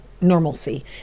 normalcy